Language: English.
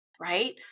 right